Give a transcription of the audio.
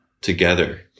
together